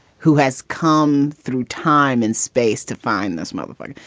who has come through time and space to find this moment when